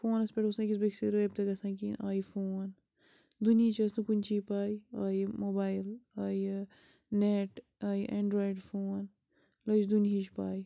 فونَس پٮ۪ٹھ اوس نہٕ أکِس بیٚیِس سۭتۍ رٲبطہٕ گژھان کِہیٖنۍ آیہِ فون دُنیاہٕچۍ ٲسۍ نہٕ کُنچی پاے آیہِ موبایل آیہِ نیٚٹ آیہِ ایٚنڈرٛایِڈ فون لٔجۍ دُنیاہٕچۍ پاے